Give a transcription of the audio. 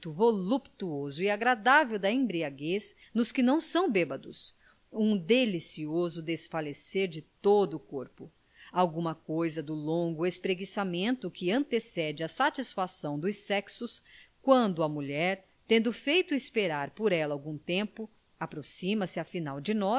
voluptuoso e agradável da embriaguez nos que não são bêbedos um delicioso desfalecer de todo o corpo alguma coisa do longo espreguiçamento que antecede à satisfação dos sexos quando a mulher tendo feito esperar por ela algum tempo aproxima-se afinal de